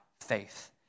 faith